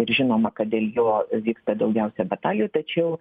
žinoma kada jo vyksta daugiausia batalijų tačiau